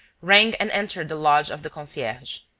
rang and entered the lodge of the concierge.